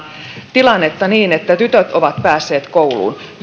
tilannetta niin että tytöt ovat päässeet kouluun